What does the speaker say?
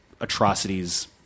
atrocities